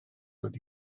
dod